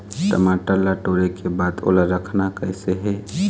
टमाटर ला टोरे के बाद ओला रखना कइसे हे?